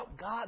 God